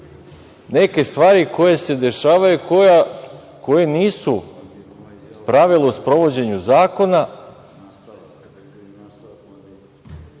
neke stvari koje se dešavaju, koje nisu pravilo u sprovođenju zakona